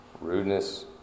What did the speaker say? rudeness